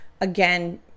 again